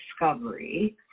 discovery